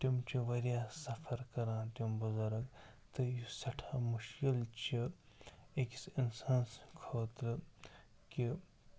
تِم چھِ واریاہ سَفَر کَران تِم بُزرگ تہٕ یُس سٮ۪ٹھاہ مُشکِل چھُ أکِس اِنسان سٕنٛدۍ خٲطرٕ کہِ